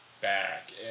back